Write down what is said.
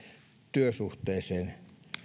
työsuhteeseen